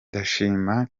ndashima